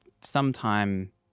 sometime